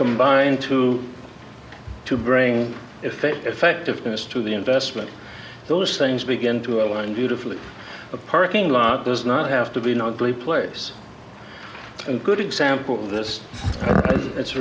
combine to to bring effect effectiveness to the investment those things begin to align beautifully the parking lot does not have to be not glee place and good example of this it's